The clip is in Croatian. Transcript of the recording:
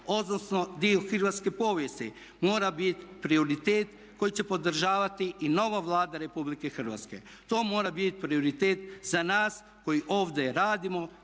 odnosno dio hrvatske povijesti mora biti prioritet koji će podržavati i nova Vlada RH. To mora bit prioritet za nas koji ovdje radimo